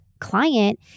client